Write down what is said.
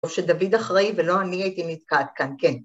או שדוד אחראי ולא אני הייתי נתקעת כאן, כן.